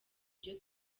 byo